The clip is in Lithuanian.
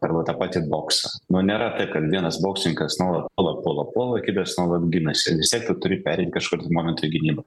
arba tą patį boksą nu nėra kad vienas boksininkas nuolat puola puola puola kitas nuolat ginasi vistiek tu turi perimt kažkur momentą į gynybą